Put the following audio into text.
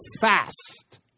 fast